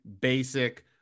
basic